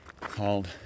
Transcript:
called